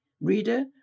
Reader